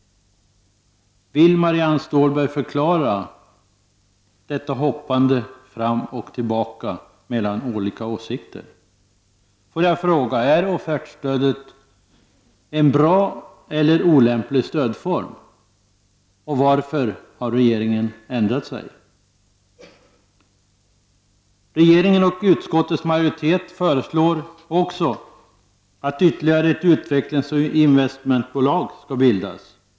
Vill Marianne Stålberg förklara detta hoppande fram och tillbaka mellan olika åsikter? Är offertstödet en bra eller en olämplig stödform? Varför har regeringen ändrat sig? Regeringen och utskottets majoritet föreslår också att ytterligare ett utvecklingsoch investmentbolag skall bildas.